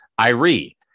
Irie